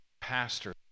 pastor